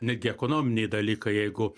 netgi ekonominiai dalykai jeigu